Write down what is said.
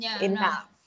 enough